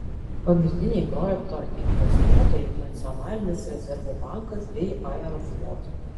pagrindiniai projekto investuotojai nacionalinis rezervų bankas bei aeroflot